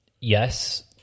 Yes